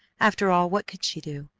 after all, what could she do?